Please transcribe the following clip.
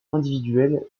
individuelle